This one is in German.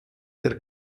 der